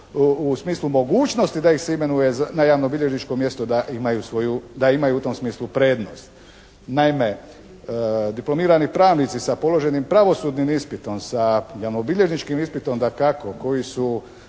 u smislu mogućnosti da ih se imenuje na javnobilježničko mjesto da imaju u tom smislu prednost. Naime, diplomirani pravnici sa položenim pravosudnim ispitom, sa javnobilježničkim ispitom dakako koji su,